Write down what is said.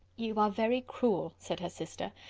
you are very cruel, said her sister,